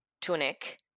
tunic